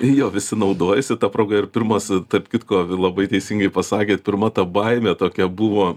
jo visi naudojasi ta proga ir pirmas tarp kitko labai teisingai pasakėt pirma ta baimė tokia buvo